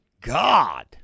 God